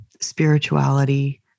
spirituality